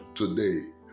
today